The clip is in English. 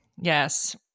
Yes